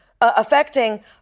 affecting